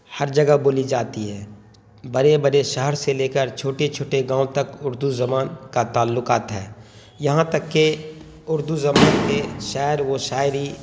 ہر جگہ بولی جاتی ہے بڑے بڑے شہر سے لے کر چھوٹے چھوٹے گاؤں تک اردو زبان کا تعلقات ہے یہاں تک کہ اردو زبان کے شاعر و شاعری